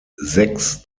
sechs